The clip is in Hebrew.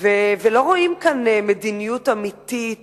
לא רואים כאן מדיניות אמיתית